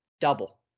double